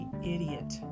idiot